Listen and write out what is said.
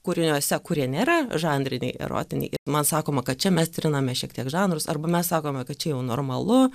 kūriniuose kurie nėra žanriniai erotiniai man sakoma kad čia mes triname šiek tiek žanrus arba mes sakome kad čia jau normalu